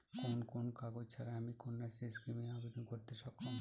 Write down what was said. কোন কোন কাগজ ছাড়া আমি কন্যাশ্রী স্কিমে আবেদন করতে অক্ষম?